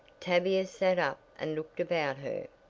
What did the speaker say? tavia sat up and looked about her.